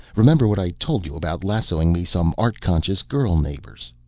remember what i told you about lassoing me some art-conscious girl neighbors.